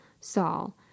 Saul